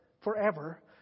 forever